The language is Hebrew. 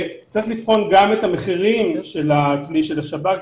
צריך לבחון גם את המחירים של הכלי של השב"כ.